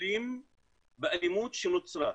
מטפלים באלימות שנוצרה,